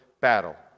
battle